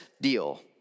deal